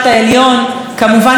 ואפילו של צה"ל.